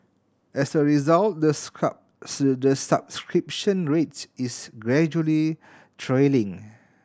as a result the subscription rate is gradually trailing